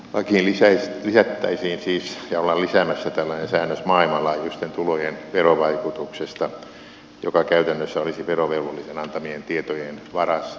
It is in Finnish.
lakiin ollaan siis lisäämässä tällainen säännös maailmanlaajuisten tulojen verovaikutuksesta joka käytännössä olisi verovelvollisen antamien tietojen varassa